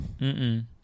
Mm-mm